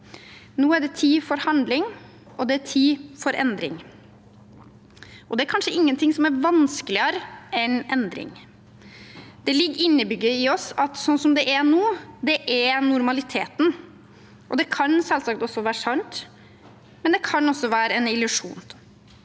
Nå er det tid for handling, og det er tid for endring, og det er kanskje ingenting som er vanskeligere enn endring. Det ligger innebygget i oss at slik som det er nå, er normaliteten. Det kan selvsagt være sant, men det kan også være en illusjon.